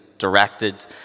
directed